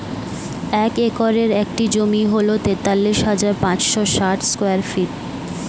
এক একরের একটি জমি হল তেতাল্লিশ হাজার পাঁচশ ষাট স্কয়ার ফিট